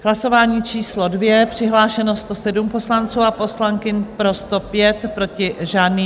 Hlasování číslo 2, přihlášeno 107 poslanců a poslankyň, pro 105, proti žádný.